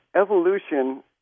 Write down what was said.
evolution